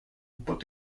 but